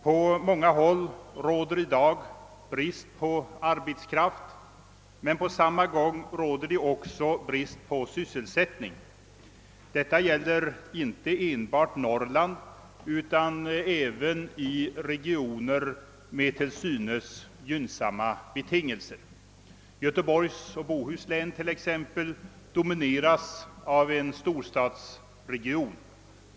På många håll råder det i dag brist på arbetskraft, men på samma gång råder det också brist på sysselsättning. Detta är fallet inte bara i Norrland utan även i regioner med till synes gynnsamma betingelser. Göteborgs och Bohus län domineras t.ex. av en storstadsregion.